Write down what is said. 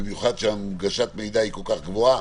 במיוחד שהנגשת מידע היא כל כך גבוהה,